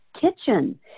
Kitchen